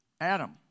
Adam